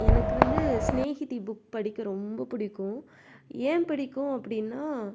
எனக்கு வந்து சிநேகிதி புக் படிக்க ரொம்ப பிடிக்கும் ஏன் பிடிக்கும் அப்படின்னா